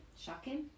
shocking